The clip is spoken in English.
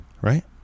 Right